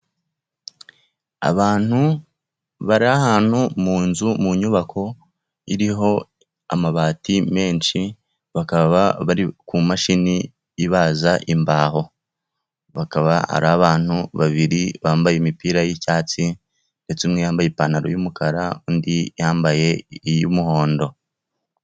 Abantu bari ahantu mu nzu mu nyubako iriho amabati menshi, bakaba bari ku mashini ibaza imbaho, bakaba ari abantu babiri bambaye imipira y'icyatsi ndetse umwe yambaye ipantaro y'umukara undi yambaye iy'umuhondo.